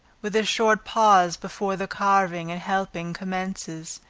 with a short pause before the carving and helping commences.